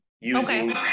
using